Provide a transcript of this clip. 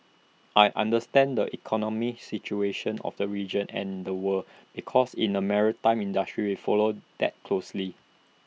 I understand the economic situation of the region and the world because in the maritime industry follow that closely